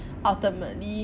ultimately